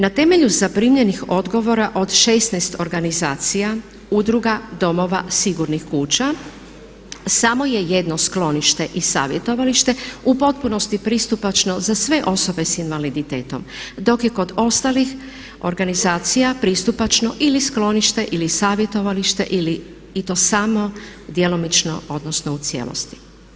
Na temelju zaprimljenih odgovora od 16 organizacija, udruga, domova, sigurnih kuća samo je jedno sklonište i savjetovalište u potpunosti pristupačno za sve osobe sa invaliditetom, dok je kod ostalih organizacija pristupačno ili sklonište ili savjetovalište ili samo djelomično odnosno u cijelosti.